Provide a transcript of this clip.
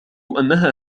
أنها